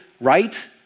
right